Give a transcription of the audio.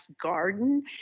garden